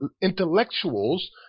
intellectuals